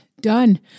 done